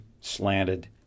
slanted